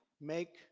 make